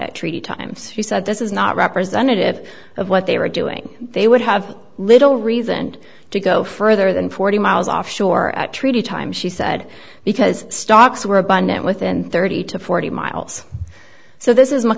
treaty times he said this is not representative of what they were doing they would have little reason to go further than forty miles offshore treaty time she said because stocks were abundant within thirty to forty miles so this is my